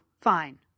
Fine